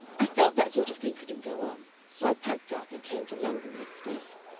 i felt that sort of thing couldn't go on. so i packed up and came to london next day.